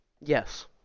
Yes